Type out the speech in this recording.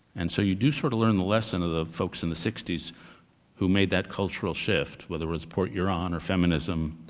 and so you do sort of learn the lesson of the folks in the sixty s who made that cultural shift, whether it was support your own or feminism,